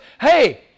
hey